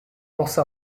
pense